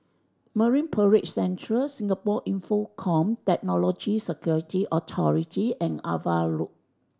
Marine Parade Central Singapore Infocomm Technology Security Authority and Ava Road